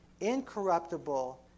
incorruptible